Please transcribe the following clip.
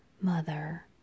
Mother